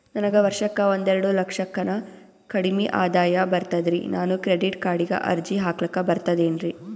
ನನಗ ವರ್ಷಕ್ಕ ಒಂದೆರಡು ಲಕ್ಷಕ್ಕನ ಕಡಿಮಿ ಆದಾಯ ಬರ್ತದ್ರಿ ನಾನು ಕ್ರೆಡಿಟ್ ಕಾರ್ಡೀಗ ಅರ್ಜಿ ಹಾಕ್ಲಕ ಬರ್ತದೇನ್ರಿ?